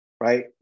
right